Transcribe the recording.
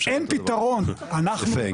אין פתרון, אנחנו --- הפוך,